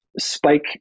spike